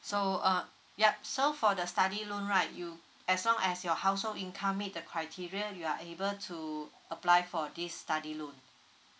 so uh yup so for the study loan right you as long as your household income meet the criteria you are able to apply for this study loan